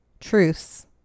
truths